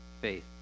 Faith